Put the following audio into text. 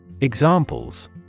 Examples